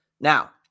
Now